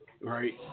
right